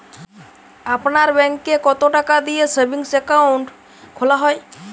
আপনার ব্যাংকে কতো টাকা দিয়ে সেভিংস অ্যাকাউন্ট খোলা হয়?